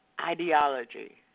ideology